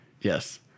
Yes